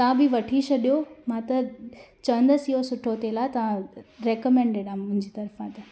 तां बि वठी छॾियो मां त चवंदसि इहो सुठो तेल आहे तव्हां रिकेमेंडिड आहे मुंहिंजी तरफ़ा त